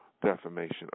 defamation